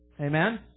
Amen